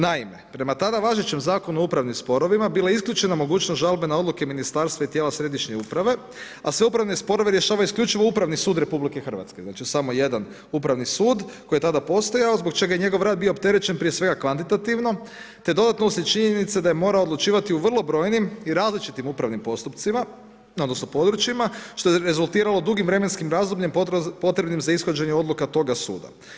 Naime, prema tada važećem Zakonu o upravnim sporovima bila je isključena mogućnost žalbe na odluke ministarstva i tijela središnje uprave a sve upravne sporove rješava isključivo upravni sud RH, znači samo jedan upravni sud koji je tada postojao, zbog čega je njegov rad bio opterećen prije svega kvantitativno te dodatno uslijed činjenice da je morao odlučivati u vrlo brojnim i različitim upravnim područjima što je rezultiralo dugim vremenskim razdobljem potrebnim za ishođenje odluka toga suda.